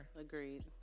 agreed